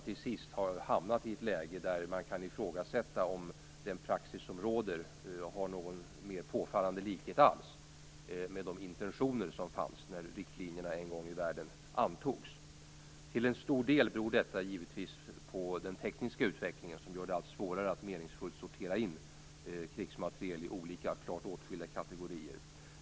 Till sist har man hamnat i ett läge där man kan ifrågasätta om den praxis som råder har någon mer påfallande likhet alls med de intentioner som fanns när riktlinjerna en gång i världen antogs. Till stor del beror detta givetvis på den tekniska utvecklingen, som gör det allt svårare att meningsfullt sortera in krigsmateriel i olika, klart åtskilda kategorier.